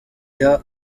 year